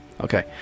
Okay